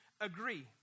agree